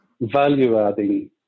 value-adding